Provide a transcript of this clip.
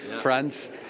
France